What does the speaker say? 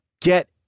get